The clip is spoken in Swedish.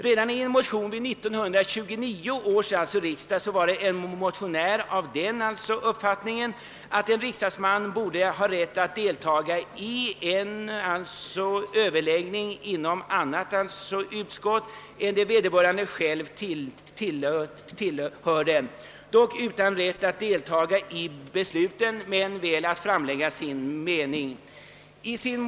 Redan vid 1929 års riksdag var en motionär av den uppfattningen att en riksdagsman borde ha rätt att delta i överläggning inom annat utskott än det vederbörande själv tillhörde, dock utan rätt att delta i besluten.